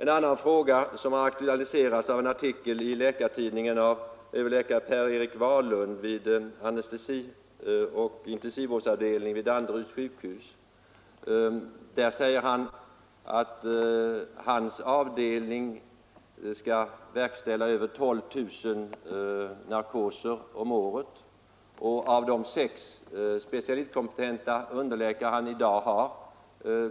En annan fråga har aktualiserats i en artikel i Läkartidningen av överläkare Per Erik Wiklund vid anestesioch intensivvårdsavdelningen på Danderyds sjukhus. Han säger där att hans avdelning skall verkställa över 12 000 narkoser om året, och av de sex specialistkompetenta underläkare han i dag har